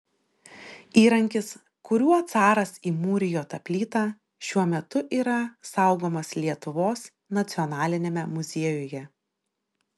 įrankis kuriuo caras įmūrijo tą plytą šiuo metu yra saugomas lietuvos nacionaliniame muziejuje